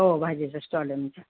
हो भाजीचं स्टॉल आहे आमचं